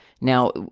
Now